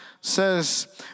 says